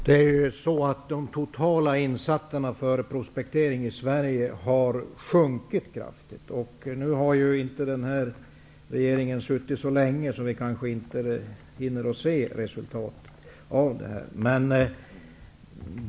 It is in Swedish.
Fru talman! De totala insatserna för prospektering i Sverige har minskat kraftigt. Nu har inte den här regeringen suttit så länge, så vi kanske inte hinner se resultaten av det.